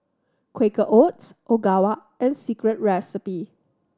Quaker Oats Ogawa and Secret Recipe